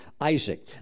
Isaac